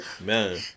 Man